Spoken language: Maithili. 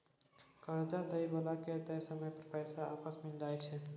कर्जा दइ बला के तय समय पर पैसा आपस मिलइ के चाही